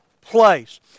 place